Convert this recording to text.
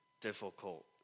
difficult